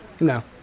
No